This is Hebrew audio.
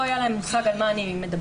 לא היה להם מושג על מה אני מדברת.